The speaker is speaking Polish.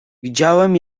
widziałem